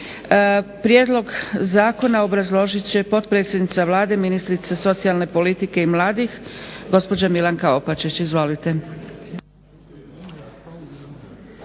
Prijedlog zakona obrazložit će potpredsjednica Vlade, ministrica socijalne politike i mladih gospođa Milanka Opačić. Izvolite.